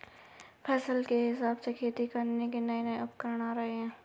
फसल के हिसाब से खेती करने के नये नये उपकरण आ गये है